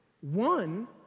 one